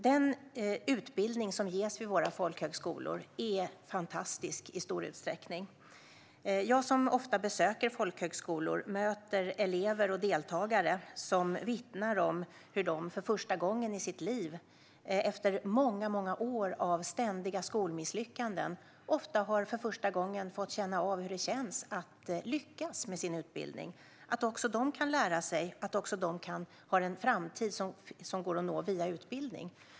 Den utbildning som ges vid våra folkhögskolor är i stor utsträckning fantastisk. Jag, som ofta besöker folkhögskolor, möter elever och deltagare som vittnar om hur de efter många år av ständiga skolmisslyckanden har fått känna hur det känns att lyckas med sin utbildning - ofta för första gången i livet. De har fått känna att också de kan lära sig och att också de har en framtid som går att nå via utbildning.